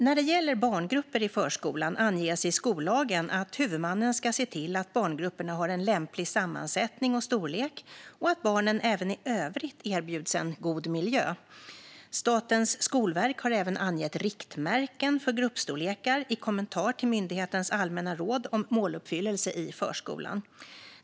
När det gäller barngrupper i förskolan anges i skollagen att huvudmannen ska se till att barngrupperna har en lämplig sammansättning och storlek och att barnen även i övrigt erbjuds en god miljö. Statens skolverk har även angett riktmärken för gruppstorlekar i kommentarerna till myndighetens allmänna råd om måluppfyllelse i förskolan.